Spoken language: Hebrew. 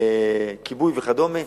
כיבוי וכדומה,